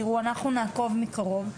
אנחנו נעקוב מקרוב,